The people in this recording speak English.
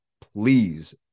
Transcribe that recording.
Please